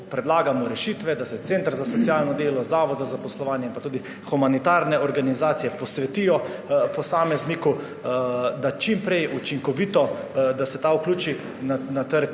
predlagamo rešitve, da se center za socialno delo, zavod za zaposlovanje in tudi humanitarne organizacije posvetijo posamezniku, da se ta čim prej učinkovito vključi na trg